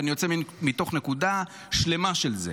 ואני יוצא מתוך נקודה שלמה של זה.